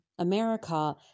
America